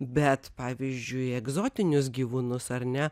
bet pavyzdžiui egzotinius gyvūnus ar ne